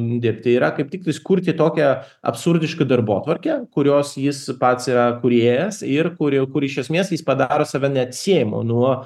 dirbti yra kaip tiktais kurti tokią absurdišką darbotvarkę kurios jis pats yra kūrėjas ir kur jau kur iš esmės jis padaro save neatsiejamu nuo